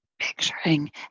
Picturing